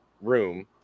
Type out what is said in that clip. room